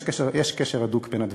יש קשר הדוק בין הדברים,